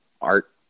art